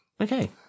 Okay